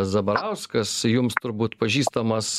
zabarauskas jums turbūt pažįstamas